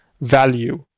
value